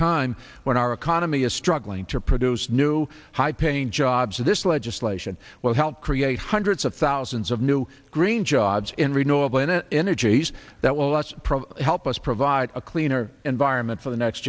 time when our economy is struggling to produce new high paying jobs this legislation will help create hundreds of thousands of new green jobs in renewable energies that will us help us provide a cleaner environment for the next